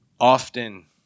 Often